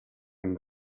and